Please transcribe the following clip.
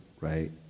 right